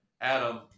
Adam